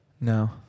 No